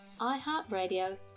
iHeartRadio